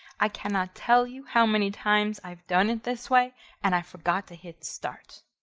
i cannot tell you how many times i've done it this way and i forgot to hit start.